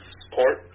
support